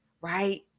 right